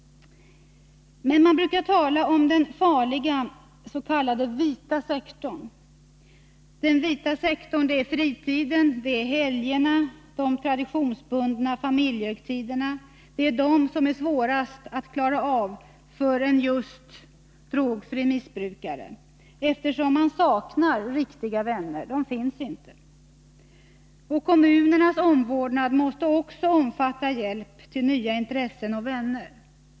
Men man brukar tala om den farliga s.k. vita sektorn. Fritiden — helgerna, de traditionsbundna familjehögtiderna — är svårast att klara för just drogfria missbrukare, eftersom de saknar riktiga vänner. Kommunernas omvårdnad måste också omfatta hjälp till nya intressen och vänner.